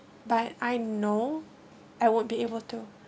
but I know I won't be able to